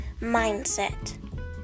mindset